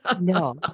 no